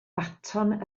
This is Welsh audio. baton